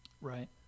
Right